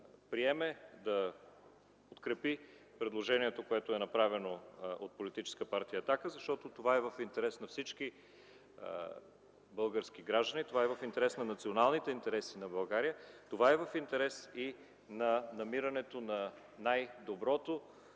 да подкрепи предложението, което е направено от Политическа партия „Атака”, защото това е в интерес на всички български граждани, на националните интереси на България, в интерес и на намирането на най-добрия